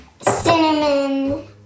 cinnamon